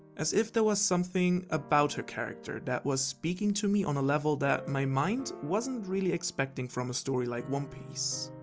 as if there was something about her character that was speaking to me on a level that my mind wasn't really expecting from a story like one piece.